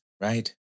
right